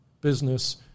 business